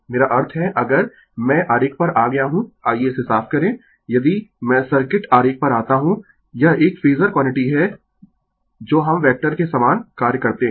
मेरा अर्थ है अगर मैं आरेख पर आ गया हूँ आइये इसे साफ करें यदि मैं सर्किट आरेख पर आता हूं यह एक फेजर क्वांटिटी है जो हम वैक्टर के समान कार्य करते है